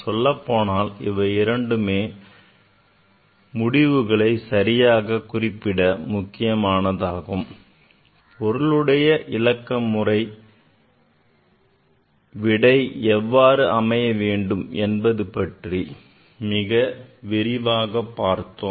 சொல்லப்போனால் இவை இரண்டுமே முடிவுகளை சரியாக குறிப்பிட முக்கியமானதாகும் பொருளுடைய இலக்க முறையில் விடை எவ்வாறு அமைய வேண்டும் என்பது பற்றி மிக விரிவாக பார்த்தோம்